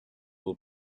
will